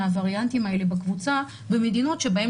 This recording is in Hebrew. מהווריאנטים האלה בקבוצה במדינות שבהן